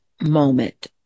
moment